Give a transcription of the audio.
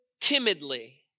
timidly